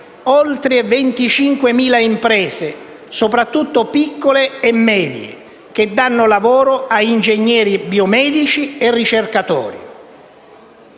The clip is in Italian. oltre 25.000 imprese, soprattutto piccole e medie, che danno lavoro a ingegneri biomedici e ricercatori.